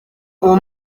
uwo